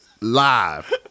live